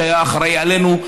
שהיה אחראי עלינו,